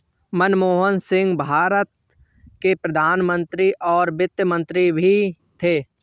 मनमोहन सिंह भारत के प्रधान मंत्री और वित्त मंत्री भी थे